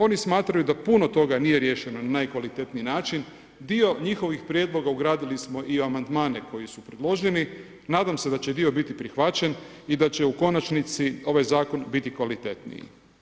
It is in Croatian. Oni smatraju da puno toga nije riješeno na najkvalitetniji način, dio njihovih prijedloga ugradili smo i u amandmane koji su priloženi, nadam se da će dio biti prihvaćen i da će u konačnici ovaj zakon biti kvalitetniji.